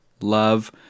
love